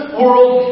world